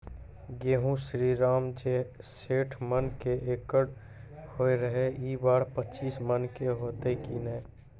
गेहूँ श्रीराम जे सैठ मन के एकरऽ होय रहे ई बार पचीस मन के होते कि नेय?